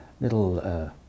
little